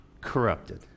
corrupted